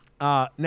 now